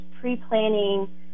pre-planning